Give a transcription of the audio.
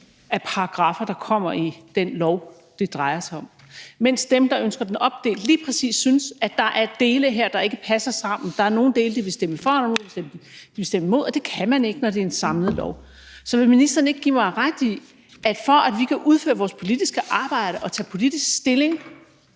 af paragraffer, der kommer i den lov, det drejer sig om, mens dem, der ønsker den opdelt, lige præcis synes, at der er dele her, der ikke passer sammen; der er nogle dele, de vil stemme for, og nogle dele, de vil stemme imod, og det kan man ikke, når det er en samlet lov. Så vil ministeren ikke give mig ret i, at for at vi kan udføre vores politiske arbejde og tage politisk stilling